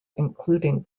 including